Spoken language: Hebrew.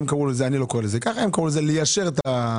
הם קראו לזה לא אני קורא לזה כך - ליישר את דעתו.